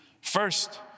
First